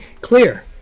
clear